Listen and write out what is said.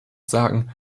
sagen